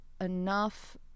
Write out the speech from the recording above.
enough